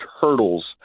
hurdles